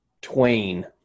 twain